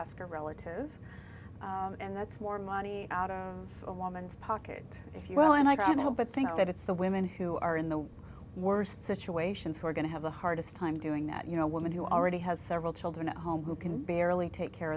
uska relative and that's more money out of a woman's pocket if you will and i don't know but think that it's the women who are in the worst situations who are going to have the hardest time doing that you know women who already has several children at home who can barely take care